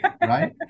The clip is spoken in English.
right